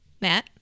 Matt